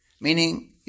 Meaning